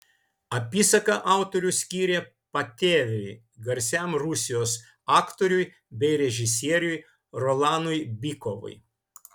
apysaką autorius skyrė patėviui garsiam rusijos aktoriui bei režisieriui rolanui bykovui